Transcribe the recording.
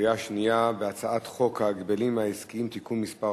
בקריאה שנייה על הצעת חוק ההגבלים העסקיים (תיקון מס'